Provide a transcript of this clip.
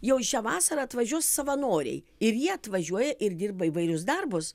jau šią vasarą atvažiuos savanoriai ir jie atvažiuoja ir dirba įvairius darbus